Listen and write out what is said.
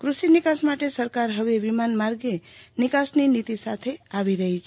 કૂષિ નિકાસ માટે સરકાર હવે વિમાન માર્ગે નિકાસની નીતિ સાથે આવી રહી છે